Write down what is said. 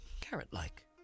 carrot-like